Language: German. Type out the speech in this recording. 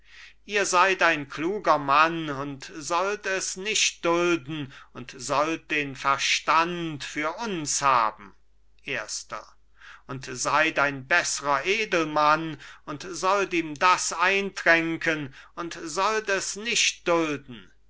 ihr seid ein kluger mann und sollt es nicht dulden und sollt den verstand für uns haben erster und seid ein besserer edelmann und sollt ihm das eintränken und sollt es nicht dulden